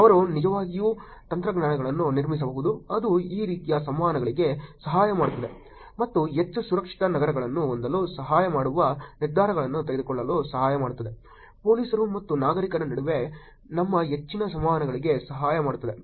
ಅವರು ನಿಜವಾಗಿ ತಂತ್ರಜ್ಞಾನಗಳನ್ನು ನಿರ್ಮಿಸಬಹುದು ಅದು ಈ ರೀತಿಯ ಸಂವಹನಗಳಿಗೆ ಸಹಾಯ ಮಾಡುತ್ತದೆ ಮತ್ತು ಹೆಚ್ಚು ಸುರಕ್ಷಿತ ನಗರಗಳನ್ನು ಹೊಂದಲು ಸಹಾಯ ಮಾಡುವ ನಿರ್ಧಾರಗಳನ್ನು ತೆಗೆದುಕೊಳ್ಳಲು ಸಹಾಯ ಮಾಡುತ್ತದೆ ಪೊಲೀಸರು ಮತ್ತು ನಾಗರಿಕರ ನಡುವಿನ ನಮ್ಮ ಹೆಚ್ಚಿನ ಸಂವಹನಗಳಿಗೆ ಸಹಾಯ ಮಾಡುತ್ತದೆ